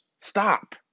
Stop